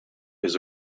his